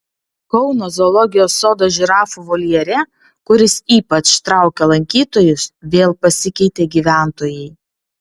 kauno zoologijos sodo žirafų voljere kuris ypač traukia lankytojus vėl pasikeitė gyventojai